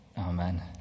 Amen